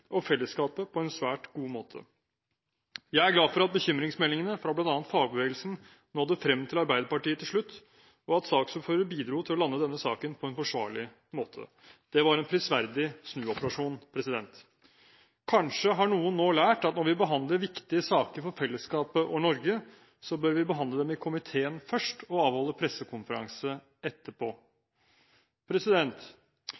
og fellesskapet på en svært god måte. Jeg er glad for at bekymringsmeldingene fra bl.a. fagbevegelsen nådde frem til Arbeiderpartiet til slutt, og at saksordføreren bidro til å lande denne saken på en forsvarlig måte. Det var en prisverdig snuoperasjon. Kanskje har noen nå lært at når vi behandler viktige saker for fellesskapet og Norge, bør vi behandle dem i komiteen først og avholde pressekonferanse